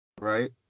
Right